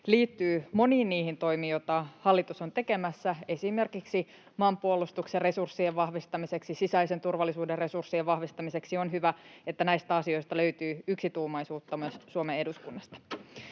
liittyy moniin niihin toimiin, joita hallitus on tekemässä esimerkiksi maanpuolustuksen resurssien vahvistamiseksi ja sisäisen turvallisuuden resurssien vahvistamiseksi. On hyvä, että näistä asioista löytyy yksituumaisuutta Suomen eduskunnasta.